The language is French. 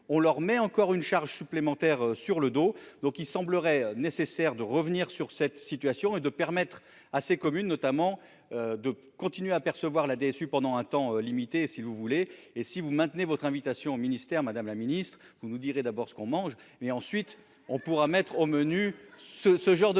on leur met encore une charge supplémentaire sur le dos, donc il semblerait nécessaire de revenir sur cette situation et de permettre à ces communes notamment de continuer à percevoir la DSU pendant un temps limité, si vous voulez, et si vous maintenez votre invitation au ministère, Madame la Ministre, vous nous direz : d'abord ce qu'on mange et ensuite on pourra mettre au menu ce ce genre de